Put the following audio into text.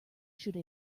should